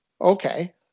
okay